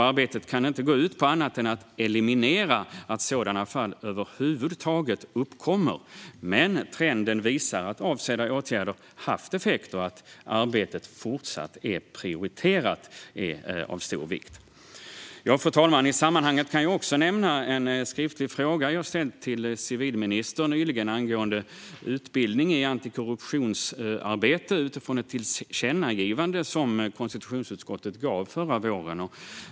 Arbetet kan inte gå ut på annat än att eliminera att sådana fall över huvud taget uppkommer. Men trenden visar att åtgärderna haft avsedd effekt. Att arbetet även fortsättningsvis är prioriterat är av stor vikt. Fru talman! I sammanhanget kan jag också nämna en skriftlig fråga jag nyligen ställt till civilministern angående utbildning i antikorruptionsarbete utifrån ett tillkännagivande från konstitutionsutskottet som riksdagen gav förra våren.